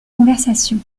conversation